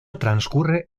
transcurre